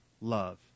love